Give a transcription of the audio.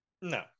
No